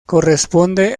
corresponde